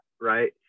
right